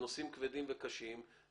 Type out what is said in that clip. מדובר בנושאים כבדים וקשים.